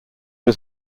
was